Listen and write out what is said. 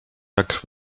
jak